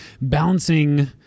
balancing